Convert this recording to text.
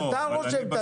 אתה רושם את הדוח.